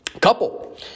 couple